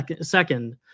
second